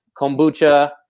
kombucha